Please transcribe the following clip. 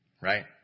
Right